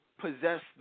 possess